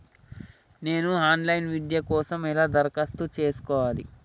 నేను online విద్య కోసం ఎలా దరఖాస్తు చేసుకోవాలి?